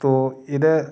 ओह् इदै